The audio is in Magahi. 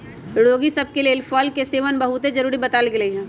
रोगि सभ के लेल फल के सेवन बहुते जरुरी बतायल गेल हइ